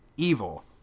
evil